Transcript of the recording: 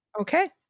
Okay